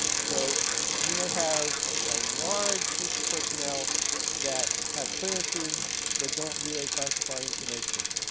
so you may have a large group of personnel that have clearances but don't really classify information